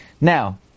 Now